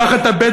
קח את הבדואים,